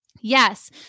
Yes